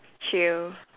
chill